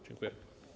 Dziękuję.